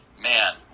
man